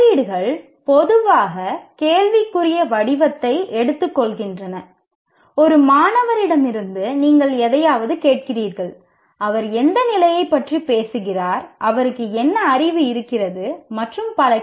தலையீடுகள் பொதுவாக கேள்விக்குரிய வடிவத்தை எடுத்துக்கொள்கின்றன ஒரு மாணவரிடமிருந்து நீங்கள் எதையாவது கேட்கிறீர்கள் அவர் எந்த நிலையைப் பற்றி பேசுகிறார் அவருக்கு என்ன அறிவு இருக்கிறது மற்றும் பல